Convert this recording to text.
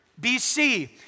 BC